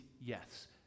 yes